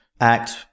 act